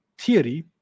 theory